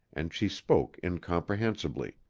and she spoke incomprehensibly.